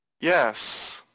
Yes